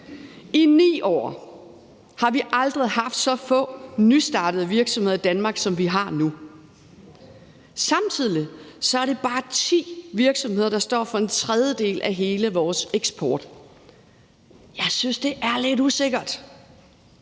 I 9 år har vi aldrig haft så få nystartede virksomheder i Danmark, som vi har nu, og samtidig er det bare ti virksomheder, der står for en tredjedel af hele vores eksport. Jeg synes, det er lidt usikkert,